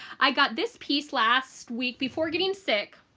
i got this piece last week before getting sick.